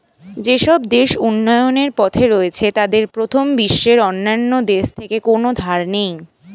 যেসব দেশ উন্নয়নের পথে রয়েছে তাদের প্রথম বিশ্বের অন্যান্য দেশ থেকে কোনো ধার নেই